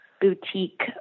boutique